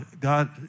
God